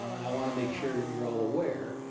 um and i want to make sure you're all aware,